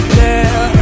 girl